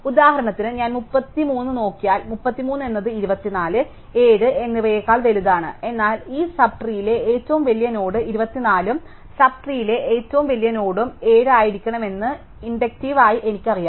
ഉദാഹരണത്തിന് ഞാൻ 33 നോക്കിയാൽ 33 എന്നത് 24 7 എന്നിവയേക്കാൾ വലുതാണ് എന്നാൽ ഈ സബ് ട്രീലെ ഏറ്റവും വലിയ നോഡ് 24 ഉം സബ് ട്രീലെ ഏറ്റവും വലിയ നോഡും 7 ആയിരിക്കണമെന്ന് ഇൻഡക്റ്റീവ് ആയി എനിക്കറിയാം